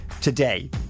today